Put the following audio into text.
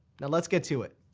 now let's get to it.